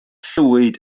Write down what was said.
llwyd